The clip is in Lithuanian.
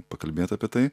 pakalbėt apie tai